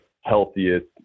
healthiest